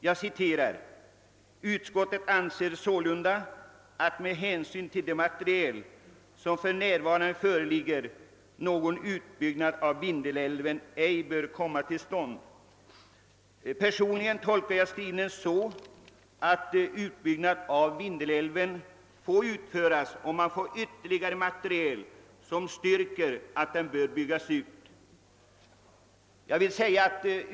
Jag citerar: » Utskottet anser sålunda att med hänsyn till det material som för närvarande föreligger, någon utbyggnad av Vindelälven ej bör komma till stånd.» Jag tolkar skrivningen så att utbyggnad av Vindelälven får utföras, om man erhåller ytterligare material som styrker att den bör byggas ut.